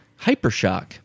hypershock